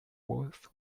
both